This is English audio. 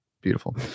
beautiful